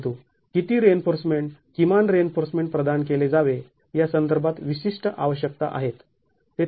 परंतु किती रिइन्फोर्समेंट किमान रिइन्फोर्समेंट प्रदान केले जावे या संदर्भात विशिष्ट आवश्यकता आहेत